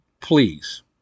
Please